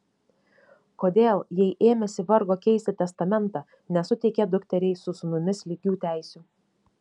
kodėl jei ėmėsi vargo keisti testamentą nesuteikė dukteriai su sūnumis lygių teisių